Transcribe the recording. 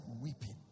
weeping